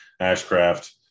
Ashcraft